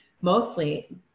mostly